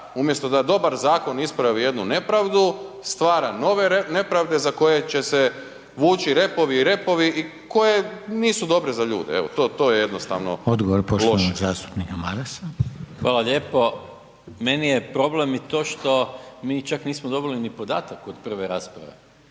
umjesto da dobar zakon ispravi jednu nepravdu, stvara nove nepravde za koje će se vuči repovi i repovi i koje nisu dobre za ljude. Evo, to jednostavno loše. **Reiner, Željko (HDZ)** Odgovor poštovanog zastupnika Marasa. **Maras, Gordan (SDP)** Hvala lijepo. Meni je problem i to što, mi čak nismo dobili ni podatak od prve rasprave.